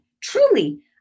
Truly